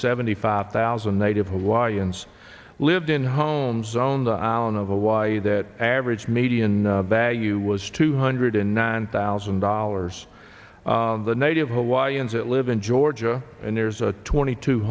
seventy five thousand native hawaiians lived in homes on the island of hawaii that average median value was two hundred and nine thousand dollars the native hawaiians that live in georgia and there's a twenty two